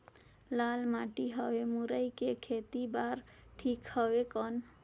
लाल माटी हवे मुरई के खेती बार ठीक हवे कौन?